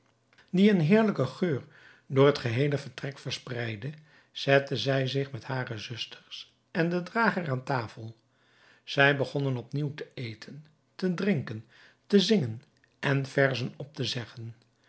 die een heerlijken geur door het geheele vertrek verspreidden zette zij zich met hare zusters en den drager aan tafel zij begonnen op nieuw te eten te drinken te zingen en verzen op te zeggen